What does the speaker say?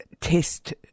test